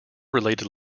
related